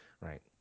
right